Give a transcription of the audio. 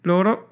Loro